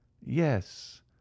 Yes